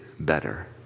better